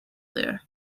there